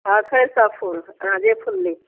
हँ छै सब फूल अहाँ जे फूल ली